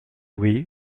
oui